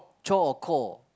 chore or chore